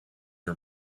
her